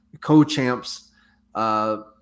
co-champs